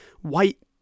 white